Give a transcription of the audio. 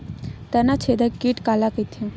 तनाछेदक कीट काला कइथे?